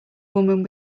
woman